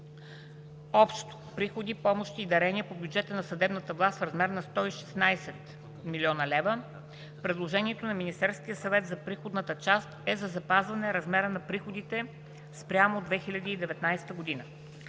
Общо приходи, помощи и дарения по бюджета на съдебната власт в размер на 116,0 млн. лв. Предложението на Министерския съвет за приходната част е за запазване на размера на приходите спрямо 2019 г.